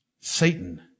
Satan